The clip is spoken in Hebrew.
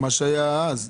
מה שהיה אז.